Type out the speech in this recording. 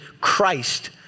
Christ